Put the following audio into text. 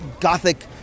gothic